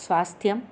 स्वास्थ्यं